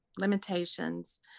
limitations